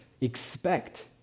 Expect